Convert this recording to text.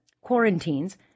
quarantines